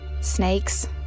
Snakes